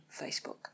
facebook